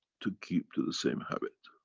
to keep to the same habit.